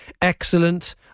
excellent